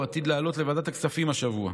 היא עתידה לעלות לוועדת הכספים השבוע.